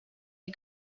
you